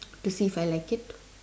to see if I like it